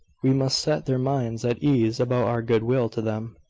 we must set their minds at ease about our good-will to them.